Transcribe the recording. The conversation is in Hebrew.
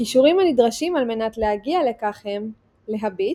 הכישורים הנדרשים על מנת להגיע לכך הם להביט,